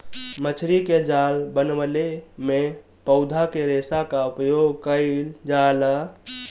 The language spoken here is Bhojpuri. मछरी के जाल बनवले में पौधा के रेशा क उपयोग कईल जाला